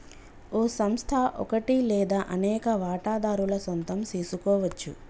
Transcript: ఓ సంస్థ ఒకటి లేదా అనేక వాటాదారుల సొంతం సెసుకోవచ్చు